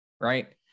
right